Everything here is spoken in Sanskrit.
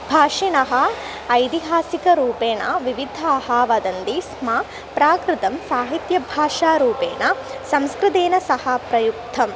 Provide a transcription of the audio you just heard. भाषिणः ऐतिहासिकरूपेण विविधाः वदन्ति स्म प्राकृतं साहित्यभाषारूपेण संस्कृतेन सह प्रयुक्तं